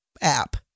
app